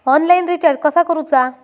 Online recharge कसा करूचा?